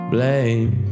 Blame